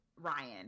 Ryan